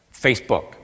Facebook